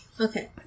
okay